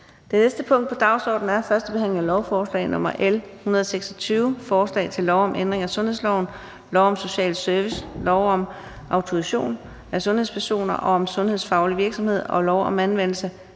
Det næste punkt på dagsordenen er: 17) 1. behandling af lovforslag nr. L 126: Forslag til lov om ændring af sundhedsloven, lov om social service, lov om autorisation af sundhedspersoner og om sundhedsfaglig virksomhed og lov om anvendelse